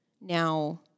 Now